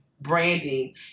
branding